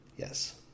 Yes